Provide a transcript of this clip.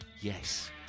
Yes